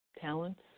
talents